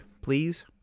please